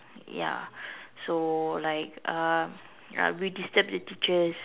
ya so like uh ya we disturbed the teachers